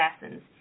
assassins